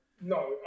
No